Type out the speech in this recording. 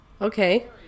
Okay